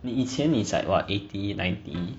你以前 is like what eighty ninety